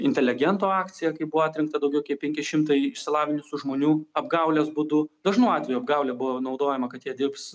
inteligento akcija kai buvo atrinkta daugiau kaip penki šimtai išsilavinusių žmonių apgaulės būdu dažnu atveju apgaulė buvo naudojama kad jie dirbs